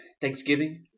Thanksgiving